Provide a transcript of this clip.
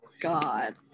god